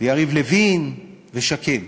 ויריב לוין ושקד.